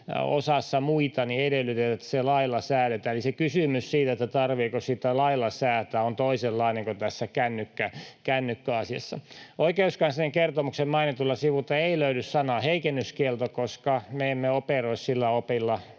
osassa muita edellytetään, että se lailla säädetään. Eli kysymys siitä, tarvitseeko sitä lailla säätää, on toisenlainen kuin kännykkäasiassa. Oikeuskanslerin kertomuksen mainitulta sivulta ei löydy sanaa ”heikennyskielto”, koska me emme operoi sillä opilla,